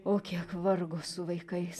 o kiek vargo su vaikais